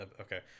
Okay